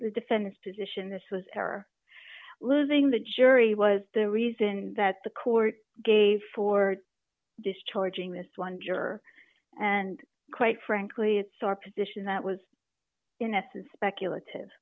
the defendant's position this was error losing the jury was the reason that the court gave for discharging this one juror and quite frankly it's our position that was in essence speculative